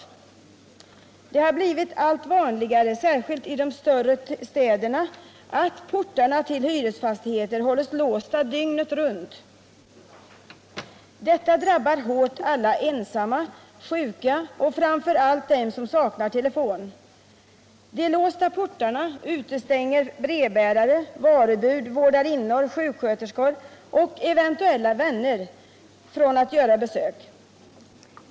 Det har blivit allt vanligare, särskilt i de större städerna, att portarna till hyresfastigheter hålles låsta dygnet runt. Detta drabbar hårt alla ensamma, sjuka och framför allt den som saknar telefon. De låsta portarna utestänger brevbärare, varubud, vårdarinnor, sjuksköterskor och eventuella vänner från att göra besök.